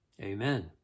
amen